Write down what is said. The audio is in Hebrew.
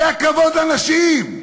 זה הכבוד לנשים.